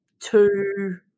Two